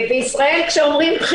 כמו שהיה בדיר